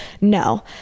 no